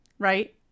Right